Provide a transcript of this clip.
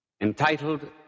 entitled